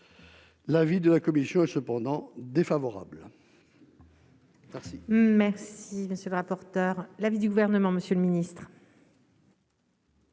L'avis de la commission est cependant défavorable. Merci, merci, monsieur le rapporteur, l'avis du Gouvernement, monsieur le ministre.